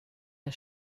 der